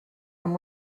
amb